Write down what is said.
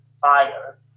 fire